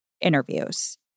interviews